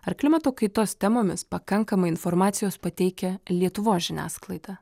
ar klimato kaitos temomis pakankamai informacijos pateikia lietuvos žiniasklaida